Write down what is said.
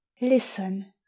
Listen